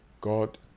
God